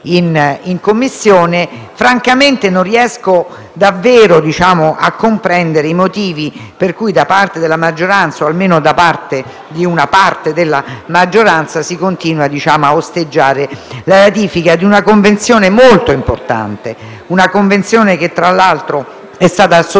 in Commissione. Francamente, non riesco davvero a comprendere i motivi per cui, da parte della maggioranza - o almeno di una parte della maggioranza - si continui a osteggiare la ratifica di una convenzione molto importante, che tra l'altro è stata sottoscritta